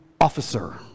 officer